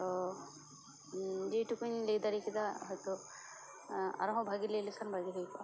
ᱛᱳ ᱡᱮ ᱴᱩᱠᱩᱧ ᱞᱟᱹᱭ ᱫᱟᱲᱮ ᱠᱮᱫᱟ ᱦᱳᱭᱛᱳ ᱟᱨᱦᱚᱸ ᱵᱷᱟᱹᱜᱤ ᱞᱟᱹᱭ ᱞᱮᱠᱷᱟᱱ ᱵᱷᱟᱹᱜᱤ ᱦᱩᱭ ᱠᱚᱜᱼᱟ